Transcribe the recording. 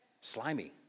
Slimy